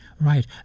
Right